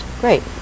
great